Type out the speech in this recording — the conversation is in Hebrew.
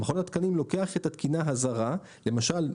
מכון התקנים לוקח את התקינה הזרה למשל,